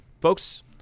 Folks